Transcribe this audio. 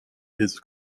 his